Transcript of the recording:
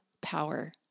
power